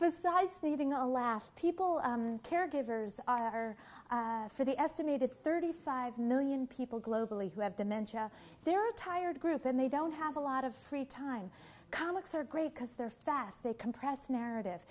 besides leaving a laugh people caregivers are for the estimated thirty five million people globally who have dementia there are tired group and they don't have a lot of free time comics are great because they're fast they compressed narrative